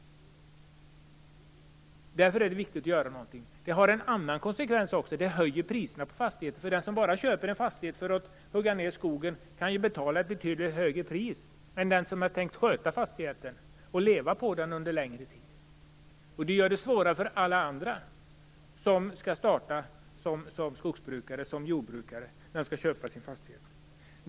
Därför är det viktigt att göra någonting. Det får också en annan konsekvens. Priserna på fastigheter blir högre. Den som köper en fastighet enbart för att hugga ned skogen kan ju betala ett betydligt högre pris än den som har tänkt sköta fastigheten och leva på den under en längre tid. Det gör det svårare för dem som skall starta som skogsbrukare och jordbrukare, när de skall köpa en fastighet.